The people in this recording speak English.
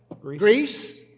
Greece